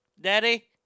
Daddy